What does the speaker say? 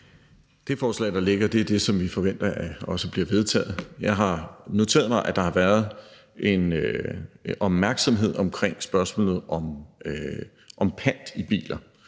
Det forslag, der ligger, er det, som vi forventer også bliver vedtaget. Jeg har noteret mig, at der har været en opmærksomhed om spørgsmålet om pant i biler.